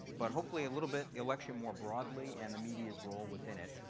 but hopefully a little bit, the election more broadly and the media's role within it,